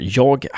jag